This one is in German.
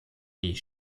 nie